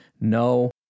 No